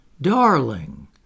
darling